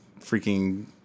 freaking